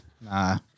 Nah